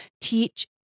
teach